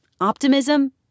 optimism